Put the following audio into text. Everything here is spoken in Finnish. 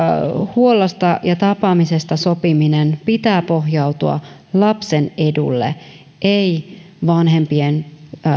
huollosta ja tapaamisesta sopimisen pitää pohjautua lapsen edulle ei vanhempien